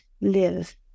live